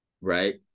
right